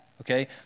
okay